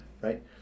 Right